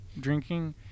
drinking